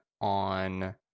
on